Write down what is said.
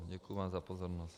Děkuju vám za pozornost.